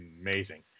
amazing